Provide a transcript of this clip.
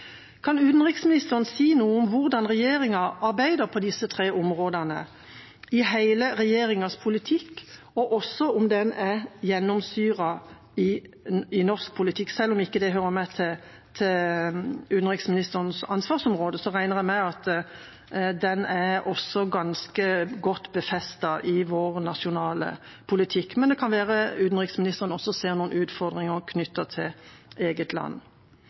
Kan utenriksministeren si noe om hvordan regjeringa arbeider på disse tre områdene i hele regjeringas politikk, og også om norsk politikk er gjennomsyret av det? Selv om det ikke hører med til utenriksministerens ansvarsområde, regner jeg med at det er ganske godt befestet i vår nasjonale politikk, men det kan være at utenriksministeren ser noen utfordringer knyttet til eget land